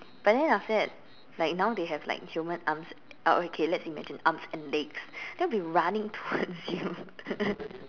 but then after that like now they have like human arms oh okay let's imagine arms and legs they will be running towards you